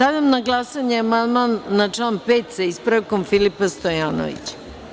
Stavljam na glasanje amandman na član 5, sa ispravkom, Filipa Stojanovića.